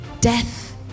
death